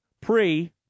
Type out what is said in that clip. Pre